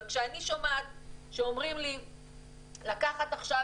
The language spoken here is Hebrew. אבל כשאני שומעת שאומרים לי לקחת עכשיו